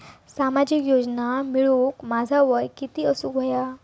सामाजिक योजना मिळवूक माझा वय किती असूक व्हया?